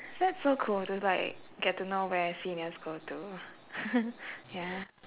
that's so cool to like to get to know where seniors go to ya